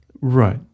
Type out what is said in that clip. right